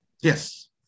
Yes